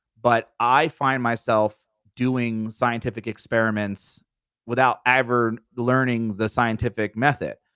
but i find myself doing scientific experiments without ever learning the scientific method,